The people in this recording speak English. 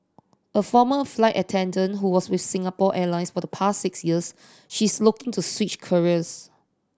a former flight attendant who was with Singapore Airlines for the past six years she is looking to switch careers